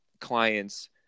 clients